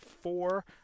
four